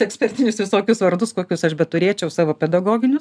ekspertinius visokius vardus kokius aš beturėčiau savo pedagoginius